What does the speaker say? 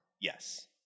Yes